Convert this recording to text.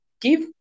give